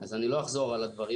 אז אני לא אחזור על הדברים.